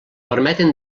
permeten